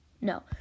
No